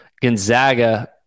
Gonzaga